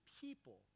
people